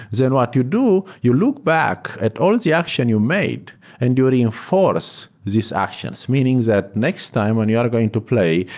then what you do, you look back at all the action you made and you reinforce these actions. meaning that next time when you are going to play,